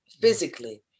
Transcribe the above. physically